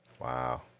Wow